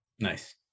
Nice